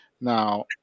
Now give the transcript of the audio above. Now